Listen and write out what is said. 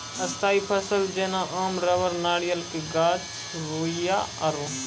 स्थायी फसल जेना आम रबड़ नारियल के गाछ रुइया आरु